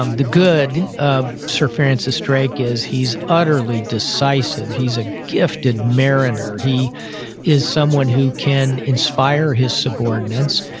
um the good of sir francis drake is he's utterly decisive. he's a gifted mariner. he is someone who can inspire his subordinates.